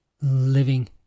living